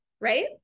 right